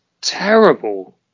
terrible